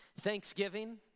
Thanksgiving